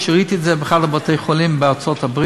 ראיתי את זה בכמה בתי-חולים בארצות-הברית.